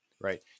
right